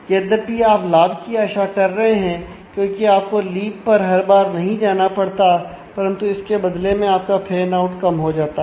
यद्यपि आप लाभ की आशा कर रहे हैं क्योंकि आपको लीफ पर हर बार नहीं जाना पड़ता परंतु इसके बदले में आपका फैन आउट कम हो जाता है